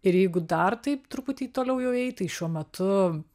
ir jeigu dar taip truputį toliau jau eit tai šiuo metu